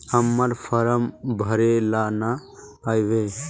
हम्मर फारम भरे ला न आबेहय?